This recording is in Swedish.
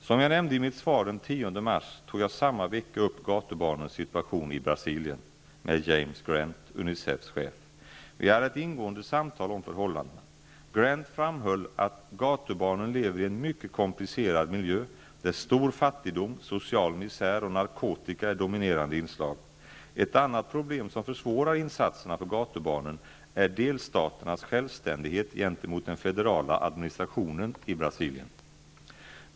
Som jag nämnde i mitt svar den 10 mars tog jag samma vecka upp gatubarnens situation i Brasilien med James Grant, UNICEF:s chef. Vi hade ett ingående samtal om förhållandena. Grant framhöll att gatubarnen lever i en mycket komplicerad miljö där stor fattigdom, social misär och narkotika är dominerande inslag. Ett annat problem som försvårar insatserna för gatubarnen är delstaternas självsändighet gentemot den federala administrationen i Brasilien.